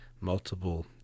multiple